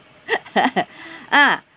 {ah]